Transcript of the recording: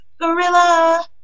gorilla